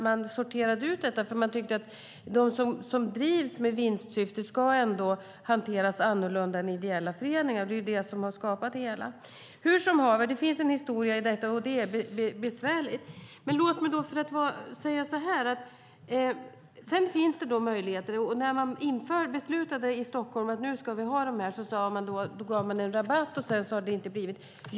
Man sorterade ut detta eftersom man tyckte att de som drivs med vinstsyfte ska hanteras annorlunda än ideella föreningar. Det är det som har skapat problemet. Det finns en historia i detta, och det är besvärligt. Låt mig säga att det finns möjligheter. När man beslutade om detta i Stockholm gav man en rabatt, och sedan har det inte blivit så.